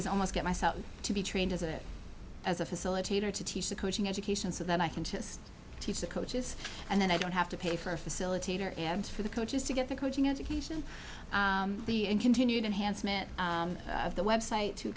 is almost get myself to be trained as a as a facilitator to teach the coaching education so that i can just teach the coaches and then i don't have to pay for a facilitator and for the coaches to get the coaching education the continued enhanced myth of the website to